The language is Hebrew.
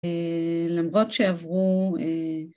למרות שעברו